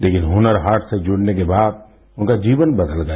लेकिन हुनर हाट से जुड़ने के बाद उनका जीवन बदल गया